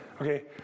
Okay